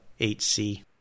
8C